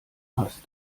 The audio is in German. hast